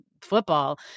football